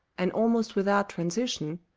and almost without transition,